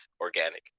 organic